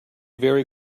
very